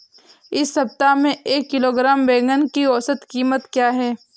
इस सप्ताह में एक किलोग्राम बैंगन की औसत क़ीमत क्या है?